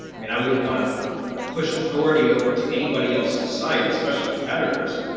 i mean, i wouldn't want to push authority over to anybody else's site, especially competitors.